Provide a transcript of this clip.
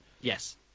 Yes